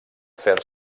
fer